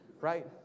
Right